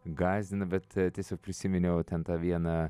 gąsdina bet tiesiog prisiminiau ten tą vieną